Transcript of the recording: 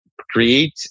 create